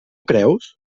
creus